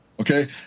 Okay